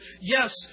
yes